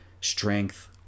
strength